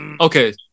okay